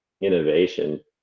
innovation